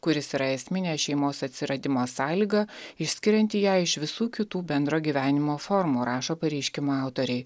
kuris yra esminė šeimos atsiradimo sąlyga išskirianti ją iš visų kitų bendro gyvenimo formų rašo pareiškimo autoriai